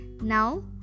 now